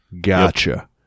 Gotcha